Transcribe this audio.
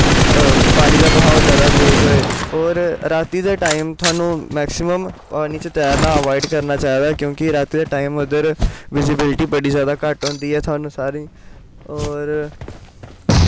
पानी दा बहाव जादा तेज़ होए होर रातीं दे टाइम थाह्नूं मैक्सिमम पानी च तैरना अवॉयड करना चाहिदा क्योंकि रातीं दे टाइम उद्धर विजिबिलिटी बड़ी घट्ट होंदी ऐ थाह्नूं सारें ई होर